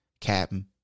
Captain